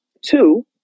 Two